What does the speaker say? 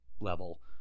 level